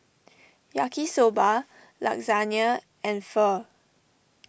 Yaki Soba Lasagna and Pho